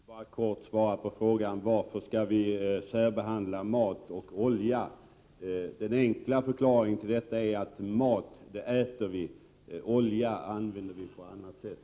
Herr talman! Jag vill bara helt kort svara på frågan varför vi skall särbehandla mat och olja. Den enkla förklaringen är att mat äter vi, olja använder vi på annat sätt.